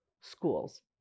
schools